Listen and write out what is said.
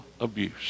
abuse